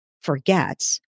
forgets